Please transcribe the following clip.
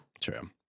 True